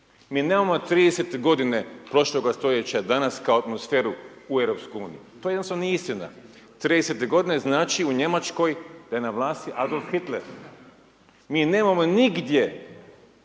Mi nemamo 30 godine prošloga stoljeća danas kao atmosferu u EU to jednostavno nije istina, 30 godine znači u Njemačkoj da je na vlasti Adolf Hitler, mi nemamo nigdje